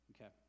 Okay